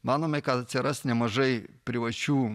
manome kad atsiras nemažai privačių